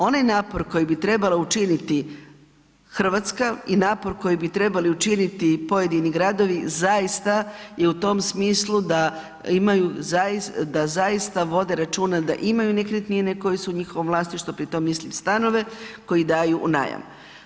Onaj napor koji bi trebala učiniti Hrvatska i napor koji bi trebali učinit pojedini gradovi, zaista je u tom smislu da zaista vode računa da imaju nekretnine koje su u njihovom vlasništvu, pri tom mislim stanove koji daju u najam.